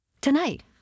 Tonight